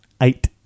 eight